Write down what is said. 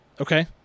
Okay